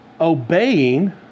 Obeying